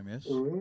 yes